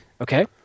okay